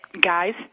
guys